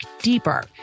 deeper